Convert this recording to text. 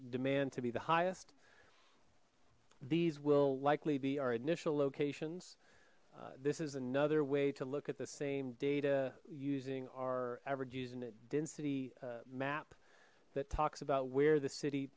demand to be the highest these will likely be our initial locations this is another way to look at the same data using our average user net density map that talks about where the city